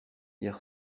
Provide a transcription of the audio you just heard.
hier